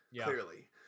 clearly